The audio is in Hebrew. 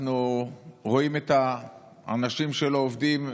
אנחנו רואים את האנשים שלא עובדים,